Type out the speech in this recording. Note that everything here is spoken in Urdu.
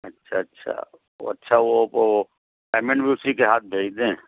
اچھا اچھا تو اچھا وہ پیمنٹ بھی اسی کے ہاتھ بھیج دیں